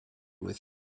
with